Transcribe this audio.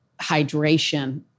hydration